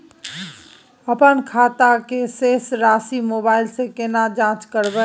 अपन खाता के शेस राशि मोबाइल से केना जाँच करबै?